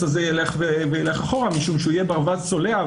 הזה ילך אחורה משום שהוא יהיה ברווז צולע,